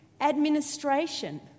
Administration